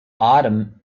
autumn